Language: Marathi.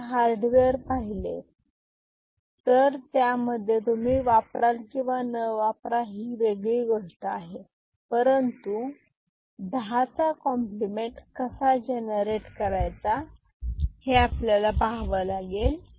तुम्ही हार्डवेअर पाहिले तर त्यामध्ये तुम्ही वापराल किंवा न वापरा ही वेगळी गोष्ट आहे परंतु 10चा कॉम्प्लिमेंट कसा जनरेट करायचा हे आपल्याला पाहावं लागेल